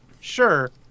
Sure